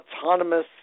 autonomous